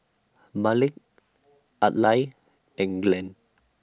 Malik Adlai and Glenn